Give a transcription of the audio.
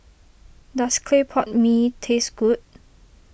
does Clay Pot Mee taste good